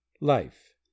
Life